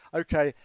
okay